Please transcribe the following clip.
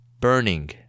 burning